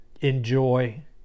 enjoy